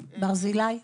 ברזילי,